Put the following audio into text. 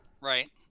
Right